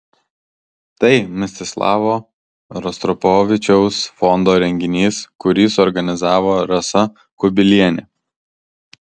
tai mstislavo rostropovičiaus fondo renginys kurį suorganizavo rasa kubilienė